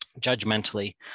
judgmentally